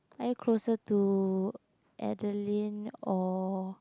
I closer to Adeline or